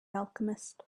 alchemist